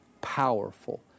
powerful